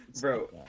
Bro